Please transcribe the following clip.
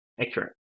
accurate